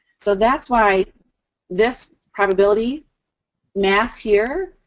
so, that's why this probability math here,